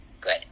Good